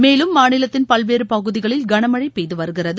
மேலும் மாநிலத்தின் பல்வேறு பகுதிகளில் கனமழை பெய்து வருகிறது